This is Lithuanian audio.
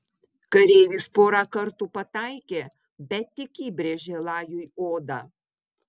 kareivis porą kartų pataikė bet tik įbrėžė lajui odą